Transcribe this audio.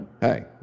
hey